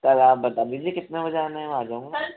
कल आप बता दीजिए कितने बजे आना है मैं आजाऊंगा